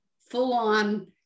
full-on